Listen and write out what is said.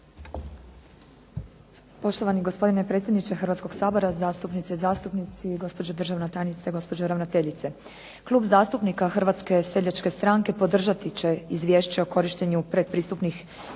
Poštovani gospodine predsjedniče Hrvatskog sabora, zastupnice i zastupnici, gospođo državna tajnice, gospođo ravnateljice. Klub zastupnika HSS-a podržati će Izvješće o korištenju predpristupnih